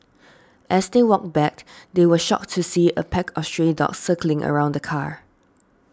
as they walked back they were shocked to see a pack of stray dogs circling around the car